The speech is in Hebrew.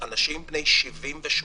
אנשים בני 70 ו-80.